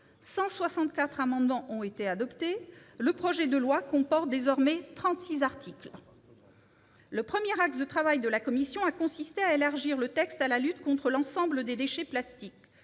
164 amendements ont été adoptés et le projet de loi comporte désormais 36 articles. Premier axe de travail, la commission a élargi le texte à la lutte contre l'ensemble des déchets plastiques,